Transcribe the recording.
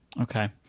Okay